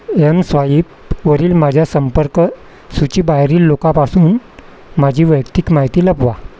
एमस्वाईपवरील माझ्या संपर्क सूचीबाहेरील लोकांपासून माझी वैयक्तिक माहिती लपवा